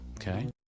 Okay